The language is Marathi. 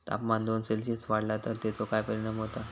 तापमान दोन सेल्सिअस वाढला तर तेचो काय परिणाम होता?